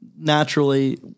Naturally